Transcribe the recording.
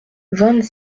vingt